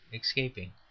escaping